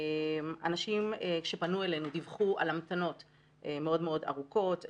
אנשים שפנו אלינו דיווחו על המתנות מאוד מאוד ארוכות,